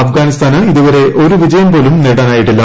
അഫ്ഗാനിസ്ഥാന് ഇതുവരെ ഒരു വിജയം പോലും നേടാനായിട്ടില്ല